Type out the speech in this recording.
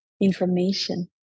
information